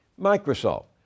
Microsoft